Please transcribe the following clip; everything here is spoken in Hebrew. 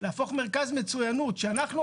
להפוך מרכז מצוינות שאנחנו,